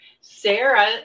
Sarah